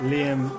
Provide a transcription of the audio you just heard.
Liam